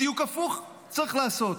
בדיוק הפוך צריך לעשות.